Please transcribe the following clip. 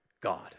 God